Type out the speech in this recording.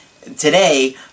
today